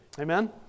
Amen